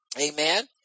Amen